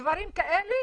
דברים כאלה,